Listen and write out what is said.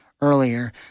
earlier